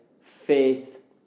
faith